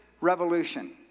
revolution